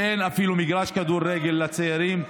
ואין אפילו מגרש כדורגל לצעירים.